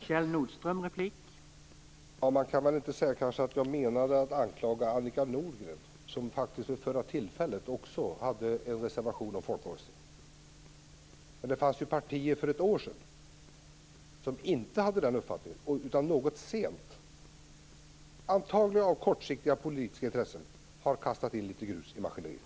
Herr talman! Jag menade inte att anklaga Annika Nordgren, som faktiskt också vid det förra tillfället hade en reservation om folkomröstningen. Men för ett år sedan fanns det partier som inte hade den uppfattningen. Något sent, antagligen av kortsiktiga politiska intressen, har de kastat in litet grus i maskineriet.